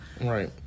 Right